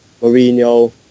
Mourinho